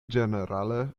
ĝenerale